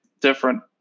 different